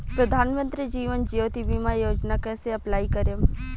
प्रधानमंत्री जीवन ज्योति बीमा योजना कैसे अप्लाई करेम?